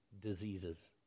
diseases